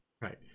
right